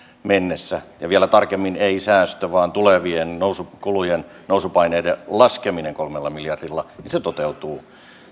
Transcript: mennessä ja vielä tarkemmin ei säästö vaan tulevien kulujen nousupaineiden laskeminen kolmella miljardilla toteutuu